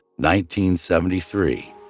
1973